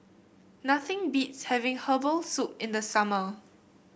nothing beats having Herbal Soup in the summer